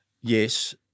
Yes